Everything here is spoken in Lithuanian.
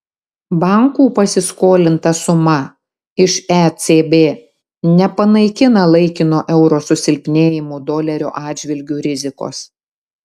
bankų pasiskolinta suma iš ecb nepanaikina laikino euro susilpnėjimo dolerio atžvilgiu rizikos